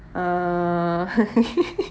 uh